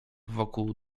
wokół